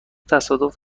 تصادف